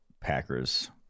Packers